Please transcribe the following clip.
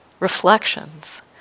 reflections